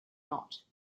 not